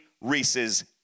Reese's